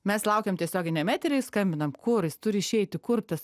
mes laukiam tiesioginiam etery skambinam kur jis turi išeiti kur tas